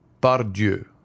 Pardieu